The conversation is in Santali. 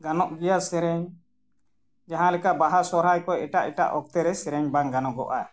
ᱜᱟᱱᱚᱜ ᱜᱮᱭᱟ ᱥᱮᱨᱮᱧ ᱡᱟᱦᱟᱸ ᱞᱮᱠᱟ ᱵᱟᱦᱟ ᱥᱚᱦᱨᱟᱭ ᱠᱚ ᱮᱴᱟᱜ ᱮᱴᱟᱜ ᱚᱠᱛᱚ ᱨᱮ ᱥᱮᱨᱮᱧ ᱵᱟᱝ ᱜᱟᱱᱚᱜᱚᱜᱼᱟ